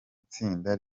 itsinda